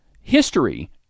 History